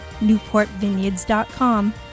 Newportvineyards.com